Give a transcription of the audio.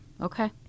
Okay